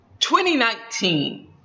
2019